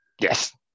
Yes